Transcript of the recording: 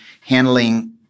handling